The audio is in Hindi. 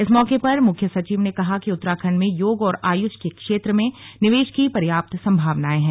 इस मौके पर मुख्य सचिव ने कहा कि उत्तराखण्ड में योग और आयुष के क्षेत्र में निवेश की पर्याप्त संभावनाएं है